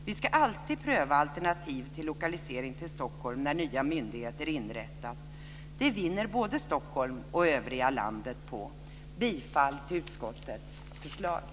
Vi ska alltid pröva alternativ till lokalisering till Stockholm när nya myndigheter inrättas. Det vinner både Jag yrkar bifall till utskottets hemställan.